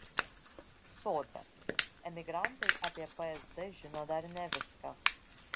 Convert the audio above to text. sodra emigrantai apie psd žino dar ne viską